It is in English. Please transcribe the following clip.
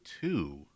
two